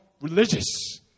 religious